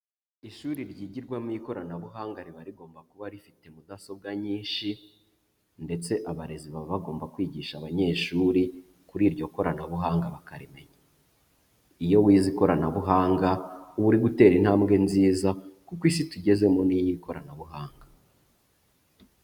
Ishuri ryigirwamo ikoranabuhanga riba rigomba kuba rifite mudasobwa nyinshi ndetse abarezi baba bagomba kwigisha abanyeshuri kuri iryo koranabuhanga bakarimenya. Iyo wize ikoranabuhanga, uba uri gutera intambwe nziza kuko isi tugezemo ni iy'ikoranabuhanga.